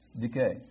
decay